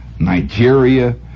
Nigeria